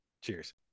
Cheers